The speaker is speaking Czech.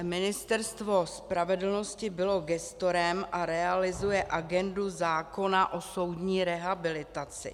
Ministerstvo spravedlnosti bylo gestorem a realizuje agendu zákona o soudní rehabilitaci.